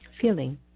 feeling